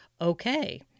okay